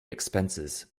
expenses